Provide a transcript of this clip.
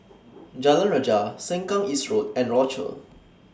Jalan Rajah Sengkang East Road and Rochor